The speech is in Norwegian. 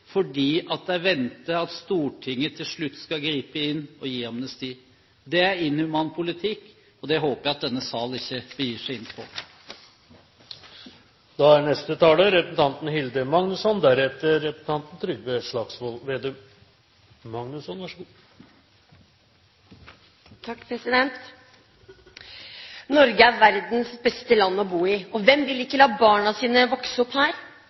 fordi de venter at Stortinget til slutt skal gripe inn og gi amnesti. Det er inhuman politikk, og det håper jeg at denne sal ikke begir seg inn på. Norge er verdens beste land å bo i. Hvem vil ikke la barna sine vokse opp her? Vi som foreldre ønsker alt godt for barna våre, og i Norge har vi muligheten til det. Her